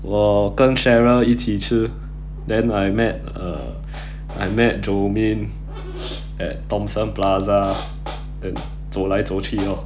我跟 cheryl 一起吃 then I met uh I met jomin at thomson plaza then 走来走去 lor